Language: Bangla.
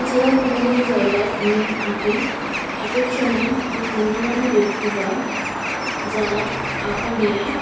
এছাড়াও কোনও কোনও জায়গায় আমি আঁকি এক এক সময় কোনও গণ্যমান্য ব্যক্তি বা যারা আঁকা নিয়ে